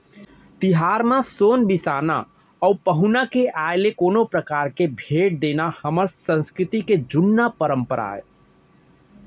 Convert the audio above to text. तिहार म सोन बिसाना अउ पहुना के आय ले कोनो परकार के भेंट देना हर हमर संस्कृति के जुन्ना परपंरा आय